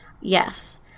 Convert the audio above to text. yes